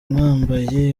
mwambaye